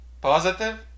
positive